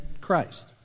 Christ